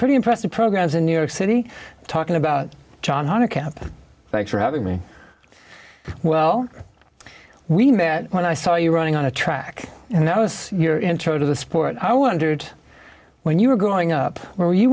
pretty impressive programs in new york city talking about john hunter cap thanks for having me well we met when i saw you running on a track and that was your intro to the sport i wondered when you were growing up were